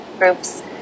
groups